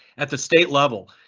at the state level,